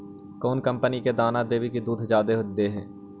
कौन कंपनी के दाना देबए से दुध जादा दे है?